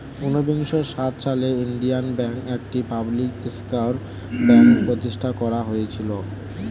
উন্নিশো সাত সালে ইন্ডিয়ান ব্যাঙ্ক, একটি পাবলিক সেক্টর ব্যাঙ্ক প্রতিষ্ঠান করা হয়েছিল